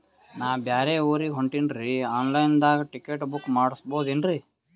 ನಾ ಬ್ಯಾರೆ ಊರಿಗೆ ಹೊಂಟಿನ್ರಿ ಆನ್ ಲೈನ್ ದಾಗ ಟಿಕೆಟ ಬುಕ್ಕ ಮಾಡಸ್ಬೋದೇನ್ರಿ?